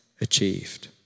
achieved